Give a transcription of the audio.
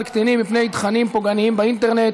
קטינים מפני תכנים פוגעניים באינטרנט),